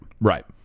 Right